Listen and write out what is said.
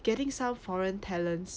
getting some foreign talents